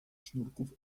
sznurków